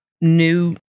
new